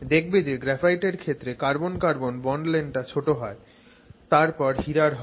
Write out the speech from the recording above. দেখবে যে গ্রাফাইটের ক্ষেত্রে কার্বন কার্বন বন্ড লেংথটা ছোট হয় তারপর হীরার হবে